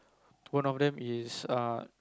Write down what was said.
one of them is err